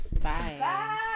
Bye